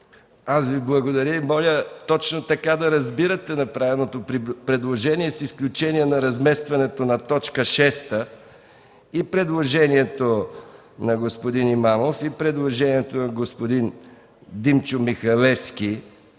Аз Ви благодаря. Моля точно така да разбирате направеното предложение, с изключение на разместването на т. 6. И предложението на господин Имамов, и предложението на господин Димчо Михалевски